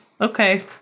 Okay